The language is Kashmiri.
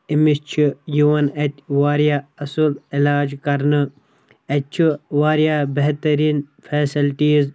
أمِس چھُ یِوان اَتہِ واریاہ اَصٕل عٮ۪لاج کَرنہٕ اَتہِ چھُ واریاہ بہترین فیسلٹیز